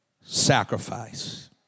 sacrifice